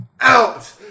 out